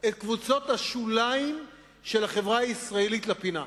את קבוצות השוליים של החברה הישראלית לפינה,